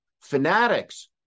Fanatics